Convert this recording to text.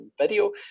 video